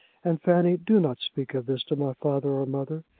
and, fanny, do not speak of this to my father or mother.